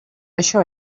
això